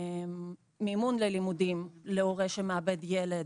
מימון ללימודים להורה שמאבד ילד.